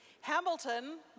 Hamilton